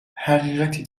حقیقتی